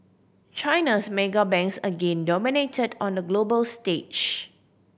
China's mega banks again dominated on the global stage